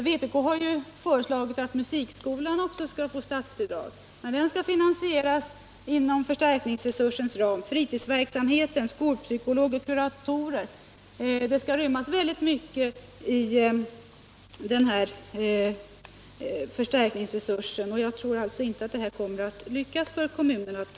Vpk har föreslagit att också musikskolan skall erhålla statsbidrag, men den skall liksom fritidsverksamhet, skolpsykolog och kuratorer finansieras med anslag inom denna ram. Det skall således rymmas väldigt mycket inom förstärkningsresursen. Jag tror inte att kommunerna kommer att klara av detta.